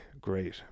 great